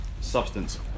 substance